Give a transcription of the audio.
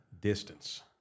Distance